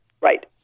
Right